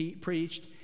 preached